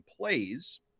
plays